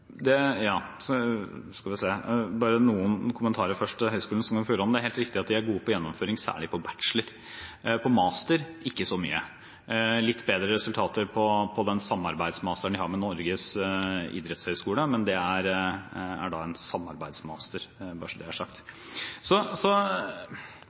noen kommentarer om Høgskulen i Sogn og Fjordane: Det er helt riktig at de er gode på gjennomføring, særlig på bachelor, men ikke så mye på mastergrad. De har litt bedre resultater på den samarbeids-masteren de har med Norges idrettshøgskole, men det er en samarbeids-master, bare så det er sagt. Det er selvfølgelig en